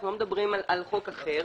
אנחנו לא מדברים על חוק אחר,